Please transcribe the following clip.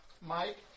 Mike